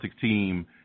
team